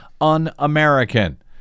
un-American